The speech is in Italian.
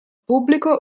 pubblico